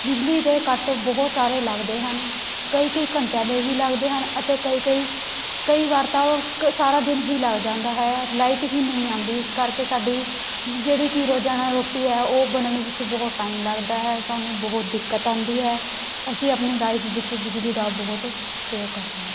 ਬਿਜਲੀ ਦੇ ਕੱਟ ਬਹੁਤ ਸਾਰੇ ਲੱਗਦੇ ਹਨ ਕਈ ਕਈ ਘੰਟਿਆਂ ਦੇ ਵੀ ਲੱਗਦੇ ਹਨ ਅਤੇ ਕਈ ਕਈ ਕਈ ਵਾਰ ਤਾਂ ਉਹ ਕ ਸਾਰਾ ਦਿਨ ਹੀ ਲੱਗ ਜਾਂਦਾ ਹੈ ਲਾਈਟ ਹੀ ਨਹੀਂ ਆਉਂਦੀ ਇਸ ਕਰਕੇ ਸਾਡੀ ਜਿਹੜੀ ਕਿ ਰੋਜ਼ਾਨਾ ਰੋਟੀ ਹੈ ਉਹ ਬਣਨ ਵਿੱਚ ਬਹੁਤ ਟਾਈਮ ਲੱਗਦਾ ਹੈ ਸਾਨੂੰ ਬਹੁਤ ਦਿੱਕਤ ਆਉਂਦੀ ਹੈ ਅਸੀਂ ਆਪਣੀ ਲਾਈਫ ਵਿੱਚ ਬਿਜਲੀ ਦਾ ਬਹੁਤ ਪ੍ਰਯੋਗ ਕਰਦੇ ਹਾਂ